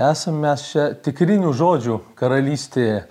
esam mes čia tikrinių žodžių karalystėje